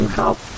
help